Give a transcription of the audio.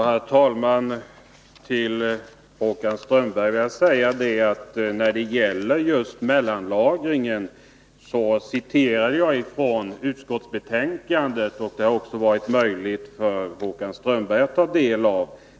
Herr talman! Jag vill säga till Håkan Strömberg att när det gäller just mellanlagringen citerade jag från utskottsbetänkandet, och det har också Håkan Strömberg haft möjlighet att ta del av.